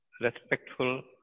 respectful